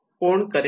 कोण करेल